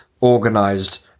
organized